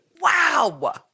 Wow